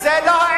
זה לא מספיק.